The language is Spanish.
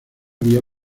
vía